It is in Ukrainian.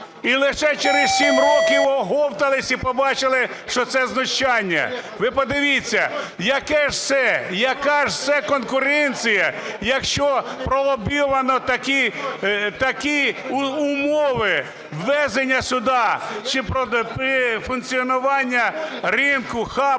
І лише через 7 років оговтались і побачили, що це знущання. Ви подивіться, яка ж це конкуренція, якщо пролобійовано такі умови ввезення сюди чи функціонування ринку-хаба